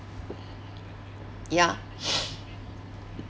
ya